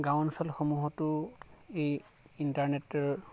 গাঁও অঞ্চলসমূহতো এই ইণ্টাৰনেটৰ